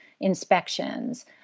inspections